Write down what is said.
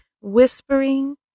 whispering